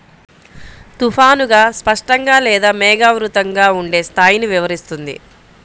తుఫానుగా, స్పష్టంగా లేదా మేఘావృతంగా ఉండే స్థాయిని వివరిస్తుంది